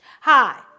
Hi